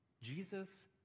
Jesus